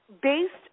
based